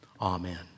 Amen